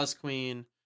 Queen